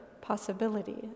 possibilities